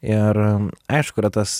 ir aišku yra tas